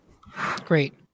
Great